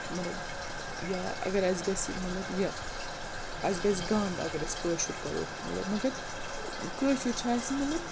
مطلب یا اَگر اَسہِ گژھِ مطلب یہِ اَسہِ گژھِ گَنٛد اَگر أسۍ کٲشُر کَرو مطلب مگر کٲشُر چھِ اَسہِ مطلب